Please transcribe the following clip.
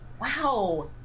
wow